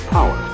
Power